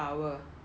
mm